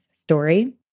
story